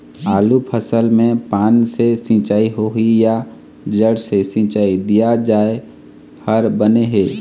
आलू फसल मे पान से सिचाई होही या जड़ से सिचाई दिया जाय हर बने हे?